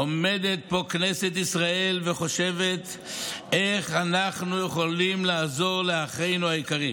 עומדת פה כנסת ישראל וחושבת איך אנחנו יכולים לעזור לאחינו היקרים.